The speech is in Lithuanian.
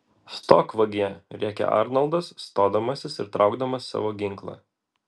stok vagie rėkė arnoldas stodamasis ir traukdamas savo ginklą